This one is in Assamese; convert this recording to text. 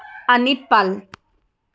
আনিত পাল